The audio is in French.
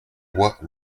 bois